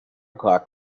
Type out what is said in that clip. clock